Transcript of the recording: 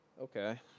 Okay